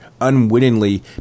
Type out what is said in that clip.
unwittingly